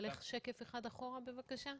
תלך שקף אחד אחורה בבקשה.